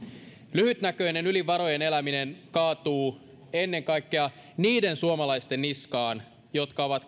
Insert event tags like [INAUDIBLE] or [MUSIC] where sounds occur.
lyhytnäköinen yli varojen eläminen kaatuu ennen kaikkea niiden suomalaisten niskaan jotka ovat [UNINTELLIGIBLE]